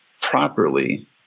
properly